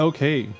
Okay